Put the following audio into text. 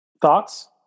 Thoughts